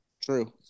True